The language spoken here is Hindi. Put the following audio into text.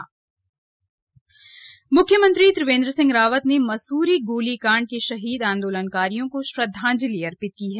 खटीमा गोलीकांड मुख्यमंत्री त्रिवेन्द्र सिंह रावत ने मसूरी गोली कांड के शहीद आंदोलनकारियों को श्रद्वांजलि अर्पित की है